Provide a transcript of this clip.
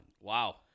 Wow